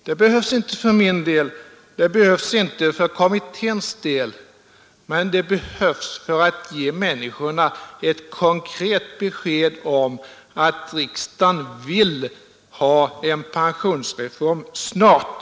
Det behövs inte för min del, det behövs inte för kommitténs del, men det behövs för att ge människorna ett konkret besked om att riksdagen vill ha en pensionsreform snart.